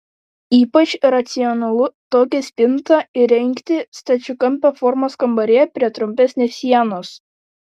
ypač racionalu tokią spintą įrengti stačiakampio formos kambaryje prie trumpesnės sienos